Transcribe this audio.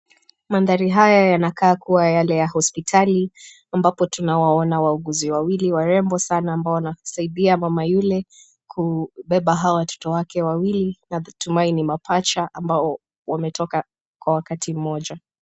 Mandhari haya yanakaa kuwa yale ya hospitali ambapo tunawaona wauguzi wawili warembo sana ambao wanasaidia mama yule kubeba hawa watoto wake wawili. Natumai ni mapacha ambao wametoka kwa wakati mmoja.